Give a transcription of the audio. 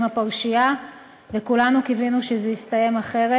הפרשייה וכולנו קיווינו שזה יסתיים אחרת,